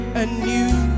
anew